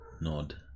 nod